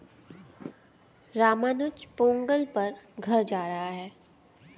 रामानुज पोंगल पर घर जा रहा है